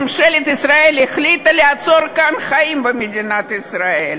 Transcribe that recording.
ממשלת ישראל החליטה לעצור כאן חיים במדינת ישראל.